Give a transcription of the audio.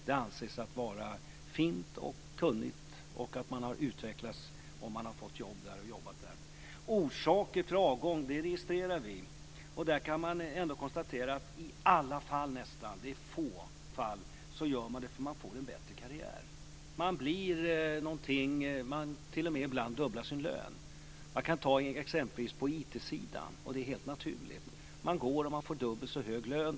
Det anses vara fint och kunnigt, och det anses också att man har utvecklats om man fått jobb och jobbat på Näringsdepartementet. Orsaker till avgång registrerar vi. I nästan alla fall avgår man därför att man får en bättre karriär. Man blir någonting. Ibland dubblar man t.o.m. sin lön - t.ex. på IT-sidan, och det är helt naturligt. Man går och får då dubbelt så hög lön.